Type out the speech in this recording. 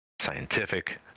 scientific